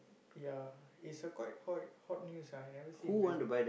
ya it's a quite quite hot news you never see in Facebook